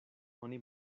oni